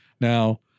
Now